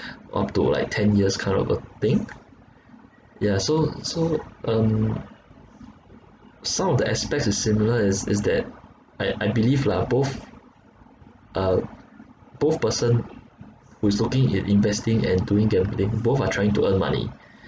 up to like ten years kind of a thing yeah so so um some of the aspects is similar is is that I I believe lah both uh both person who's looking in investing and doing gambling both are trying to earn money